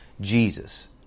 Jesus